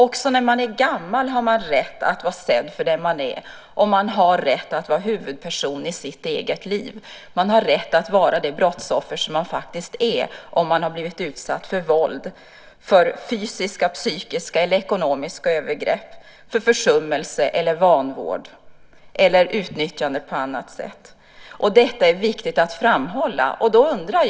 Också när man är gammal har man rätt att vara sedd för den man är, och man har rätt att vara huvudperson i sitt eget liv. Man har rätt att vara det brottsoffer som man faktiskt är om man har blivit utsatt för våld, för fysiska, psykiska eller ekonomiska övergrepp, för försummelse eller vanvård eller för utnyttjande på annat sätt. Detta är viktigt att framhålla. Herr talman!